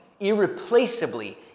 irreplaceably